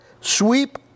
sweep